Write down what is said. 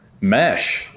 mesh